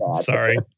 Sorry